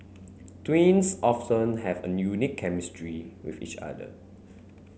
twins often have a unique chemistry with each other